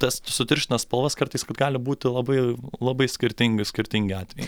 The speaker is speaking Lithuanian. tas sutirština spalvas kartais gali būti labai labai skirtingi skirtingi atvejai